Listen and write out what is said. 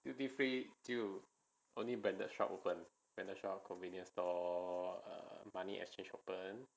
duty free only branded shop open branded shop convenience store money exchange open